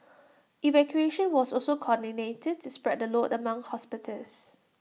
evacuation was also coordinated to spread the load among hospitals